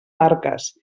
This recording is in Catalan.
barques